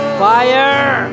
fire